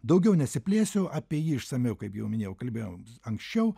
daugiau nesiplėsiu apie jį išsamiau kaip jau minėjau kalbėjom anksčiau